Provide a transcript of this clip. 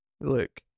look